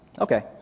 Okay